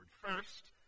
First